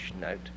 note